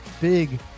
big